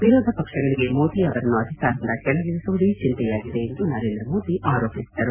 ವಿರೋಧ ಪಕ್ಷಗಳಿಗೆ ಮೋದಿ ಅವರನ್ನು ಅಧಿಕಾರದಿಂದ ಕೆಳಗಿಳಿಸುವುದೇ ಚಿಂತೆಯಾಗಿದೆ ಎಂದು ನರೇಂದ್ರ ಮೋದಿ ಆರೋಪಿಸಿದರು